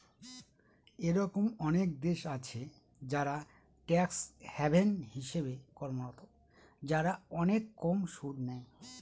এরকম অনেক দেশ আছে যারা ট্যাক্স হ্যাভেন হিসেবে কর্মরত, যারা অনেক কম সুদ নেয়